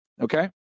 Okay